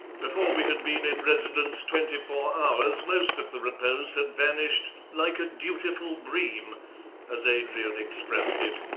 before we had been in residence twenty-four hours most of the repose had vanished like a dutiful bream as adrian expressed it.